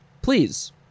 Please